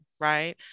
right